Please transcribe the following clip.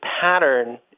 pattern